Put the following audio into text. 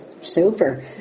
super